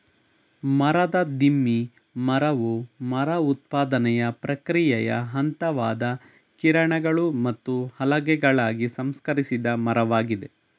ಮರದ ದಿಮ್ಮಿ ಮರವು ಮರ ಉತ್ಪಾದನೆಯ ಪ್ರಕ್ರಿಯೆಯ ಹಂತವಾದ ಕಿರಣಗಳು ಮತ್ತು ಹಲಗೆಗಳಾಗಿ ಸಂಸ್ಕರಿಸಿದ ಮರವಾಗಿದೆ